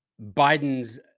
Biden's